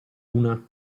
una